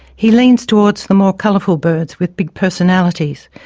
he leans towards the more colourful birds with big personalities,